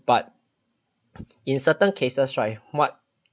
but in certain cases right what